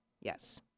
Yes